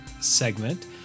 segment